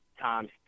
times